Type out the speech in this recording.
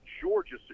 Georgia